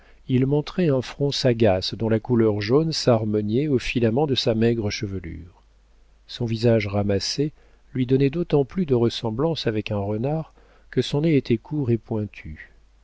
il montrait un front sagace dont la couleur jaune s'harmoniait aux filaments de sa maigre chevelure son visage ramassé lui donnait d'autant plus de ressemblance avec un renard que son nez était court et pointu